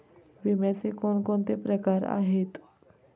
विम्याचे कोणकोणते प्रकार आहेत?